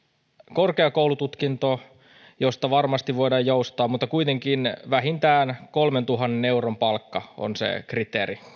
korkeakoulututkinto josta varmasti voidaan joustaa mutta kuitenkin vähintään kolmentuhannen euron kuukausipalkka on se kriteeri